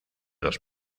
los